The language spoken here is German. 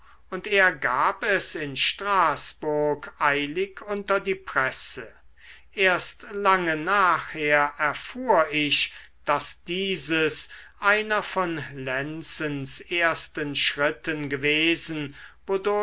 und er gab es in straßburg eilig unter die presse erst lange nachher erfuhr ich daß dieses einer von lenzens ersten schritten gewesen